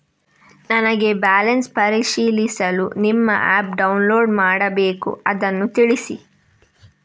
ನನಗೆ ಬ್ಯಾಲೆನ್ಸ್ ಪರಿಶೀಲಿಸಲು ನಿಮ್ಮ ಆ್ಯಪ್ ಡೌನ್ಲೋಡ್ ಮಾಡಬೇಕು ಅದನ್ನು ತಿಳಿಸಿ?